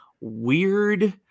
weird